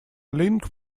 link